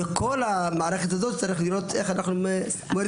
לכל המערכת הזאת צריך לראות איך אנחנו מורידים.